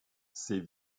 ces